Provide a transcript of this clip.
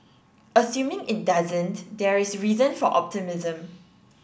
assuming it doesn't there is reason for optimism